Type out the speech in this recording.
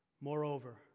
Moreover